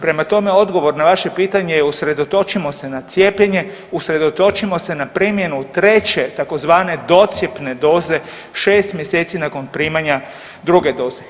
Prema tome, odgovor na vaše pitanje je usredotočimo se na cijepljenje, usredotočimo se na primjenu treće tzv. docjepne doze šest mjeseci nakon primanja druge doze.